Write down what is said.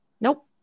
Nope